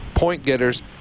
point-getters